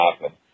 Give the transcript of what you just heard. happen